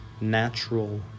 natural